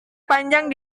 panjang